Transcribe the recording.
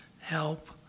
help